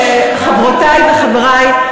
חברותי וחברי,